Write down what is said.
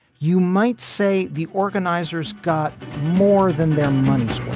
you might say the organizers got more than their money's